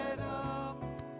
up